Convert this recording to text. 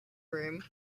room